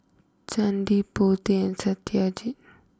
Chandi Potti and Satyajit